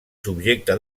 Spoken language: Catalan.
subjecte